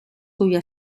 cuya